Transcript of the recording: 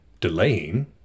delaying